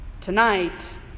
Tonight